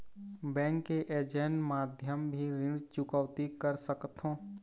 Bank के agent माध्यम भी ऋण चुकौती कर सकथों?